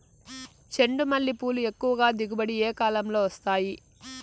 చెండుమల్లి పూలు ఎక్కువగా దిగుబడి ఏ కాలంలో వస్తాయి